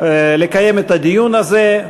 לקיים את הדיון הזה,